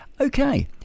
okay